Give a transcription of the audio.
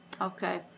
Okay